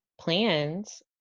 plans